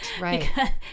right